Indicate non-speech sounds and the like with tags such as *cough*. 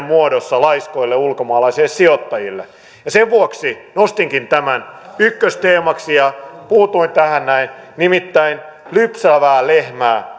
*unintelligible* muodossa laiskoille ulkomaalaisille sijoittajille sen vuoksi nostinkin tämän ykkösteemaksi ja puutuin tähän nimittäin lypsävää lehmää *unintelligible*